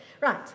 Right